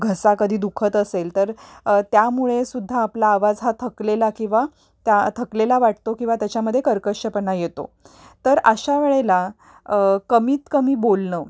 घसा कधी दुखत असेल तर त्यामुळे सुद्धा आपला आवाज हा थकलेला किंवा त्या थकलेला वाटतो किंवा त्याच्यामध्ये कर्कशपणा येतो तर अशा वेळेला कमीत कमी बोलणं